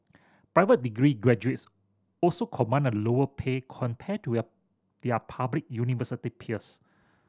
private degree graduates also command a lower pay compared to their public university peers